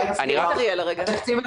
כשערו נכנס לתפקיד,